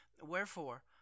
Wherefore